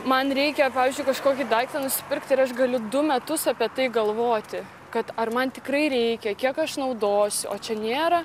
man reikia pavyzdžiui kažkokį daiktą nusipirkt ir aš galiu du metus apie tai galvoti kad ar man tikrai reikia kiek aš naudosiu o čia nėra